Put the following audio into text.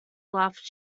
laughed